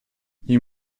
you